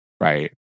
right